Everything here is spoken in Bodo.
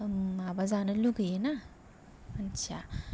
माबाजानो लुगैयो ना मानसिया